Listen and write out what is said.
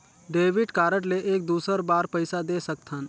Debit card ले एक दुसर बार पइसा दे सकथन?